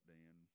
Dan